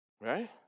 right